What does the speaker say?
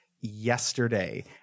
yesterday